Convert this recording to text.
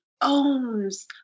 owns